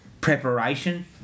preparation